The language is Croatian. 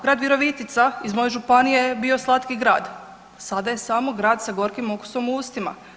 Grad Virovitica iz moje županije je bio slatki grad, sada je samo grad sa gorkim okusom u ustima.